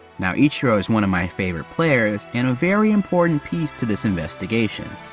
now, ichiro's one of my favorite players and a very important piece to this investigation.